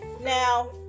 Now